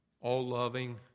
all-loving